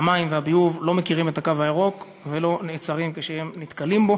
המים והביוב לא מכירים את הקו הירוק ולא נעצרים כשהם נתקלים בו.